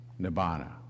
nibbana